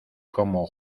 como